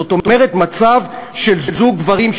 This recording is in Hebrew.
זאת אומרת שבמצב של זוג גברים,